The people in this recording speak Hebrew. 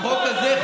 החוק הזה,